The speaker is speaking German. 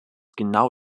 genau